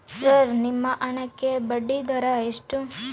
Sir ನಿಮ್ಮ ಹಣಕ್ಕೆ ಬಡ್ಡಿದರ ಎಷ್ಟು?